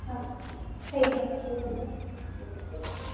હા એ થઈ જશે એ થઈ જશે